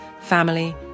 family